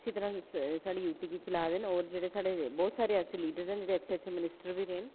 अच्छी तरह साढ़ी यू टी गी चला दे न और जेह्ड़े साढ़े बहुत सारे ऐसे लीडर्स हैन जेह्ड़े अच्छे अच्छे मिनिस्टर्स बी रेह् न